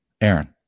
Aaron